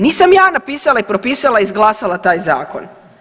Nisam ja napisala i propisala i izglasala taj zakon.